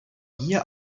hier